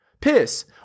piss